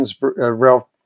Ralph